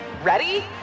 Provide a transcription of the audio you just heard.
Ready